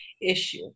issue